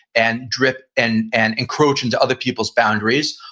and drip and and encroach into other people's boundaries,